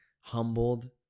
humbled